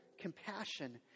compassion